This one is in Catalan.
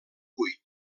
cuit